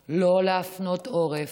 לא להפנות עורף